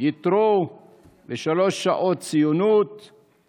יתרו ושלוש שעות ציונות /